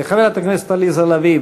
חברת הכנסת עליזה לביא,